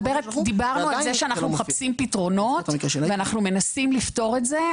דיברנו על זה שאנחנו מחפשים פתרונות ואנחנו מנסים לפתור את זה.